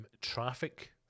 Traffic